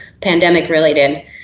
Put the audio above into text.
pandemic-related